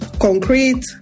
concrete